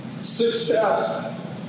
Success